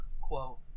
quote